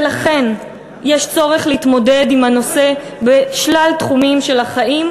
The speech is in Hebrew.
ולכן יש צורך להתמודד עם הנושא בשלל תחומים של החיים,